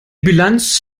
bilanz